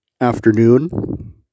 afternoon